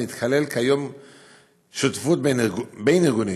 מתכלל כיום שותפות בין-ארגונית,